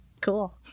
cool